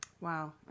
Wow